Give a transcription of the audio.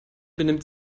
benimmt